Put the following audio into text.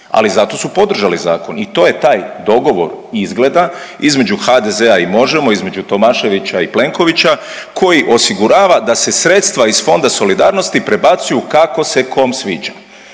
ali zato su podržali zakon i to je taj dogovor izgleda između HDZ-a i Možemo!, između Tomaševića i Plenkovića koji osigurava da se sredstva iz Fonda solidarnosti prebacuju kako se kom sviđa.